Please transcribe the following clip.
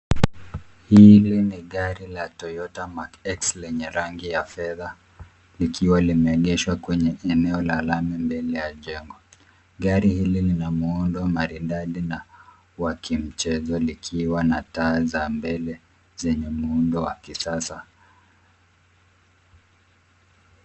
hili ni gari la toyota mark x lenye rangi ya fedha likiwa limeegeshwa kwenye eneo la lami mbele ya jengo. gari hili lina muhundo maridadi na wa kimchezo likiwa na taa za mbele zenye muhundo wa kisasa